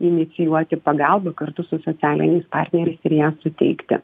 inicijuoti pagalba kartu su socialiniais partneriais ir ją suteikti